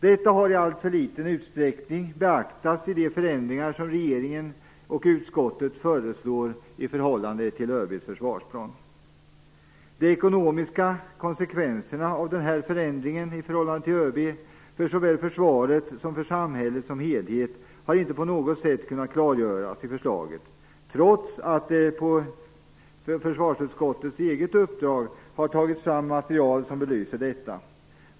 Detta har i alltför liten utsträckning beaktats i de förändringar som regeringen och utskottet föreslår i förhållande till De ekonomiska konsekvenserna av denna förändring i förhållande till ÖB:s plan för såväl försvaret som för samhället som helhet har inte på något sätt kunnat klargöras i förslaget, trots att det på försvarsutskottets eget uppdrag har tagits fram material som belyser detta.